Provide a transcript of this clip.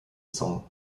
song